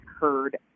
heard